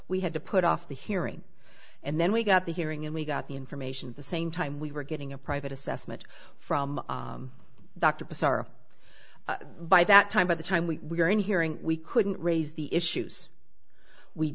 we had to put off the hearing and then we got the hearing and we got the information the same time we were getting a private assessment from dr bashar by that time by the time we were in hearing we couldn't raise the issues we